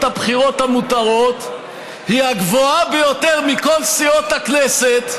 הבחירות המותרות היא הגבוהה ביותר מכל סיעות הכנסת,